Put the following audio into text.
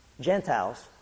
Gentiles